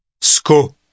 Sco